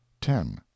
ten